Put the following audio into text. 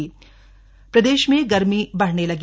मौसम प्रदेश में गर्मी बढ़ने लगी